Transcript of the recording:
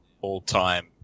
all-time